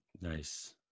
Nice